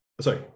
sorry